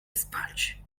spać